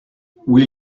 will